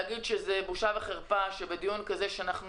להגיד שזה בושה וחרפה שבדיון כזה שבו